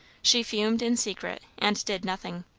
she fumed in secret, and did nothing.